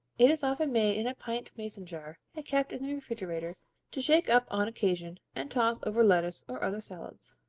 it is often made in a pint mason jar and kept in the refrigerator to shake up on occasion and toss over lettuce or other salads.